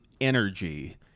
energy